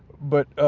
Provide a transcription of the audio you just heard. but